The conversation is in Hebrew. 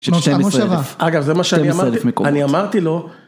אגב זה מה שאני אמרתי, אני אמרתי לו.